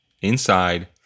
inside